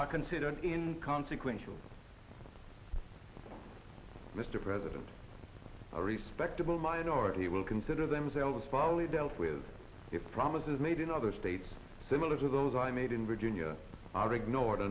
are considered in consequential mr president a respectable minority will consider themselves folly dealt with their promises made in other states similar to those i made in virginia are ignored